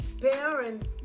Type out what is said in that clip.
parents